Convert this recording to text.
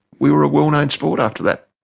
we were a well-known sport after that.